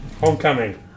Homecoming